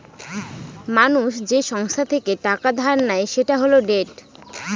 মানুষ যে সংস্থা থেকে টাকা ধার নেয় সেটা হল ডেট